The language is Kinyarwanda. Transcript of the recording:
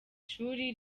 ishuri